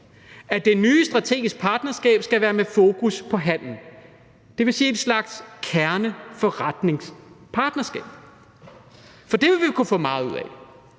at det nye strategiske partnerskab skal være med fokus på handel, dvs. en slags kerneforretningspartnerskab, for det vil vi kunne få meget ud af,